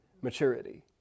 Maturity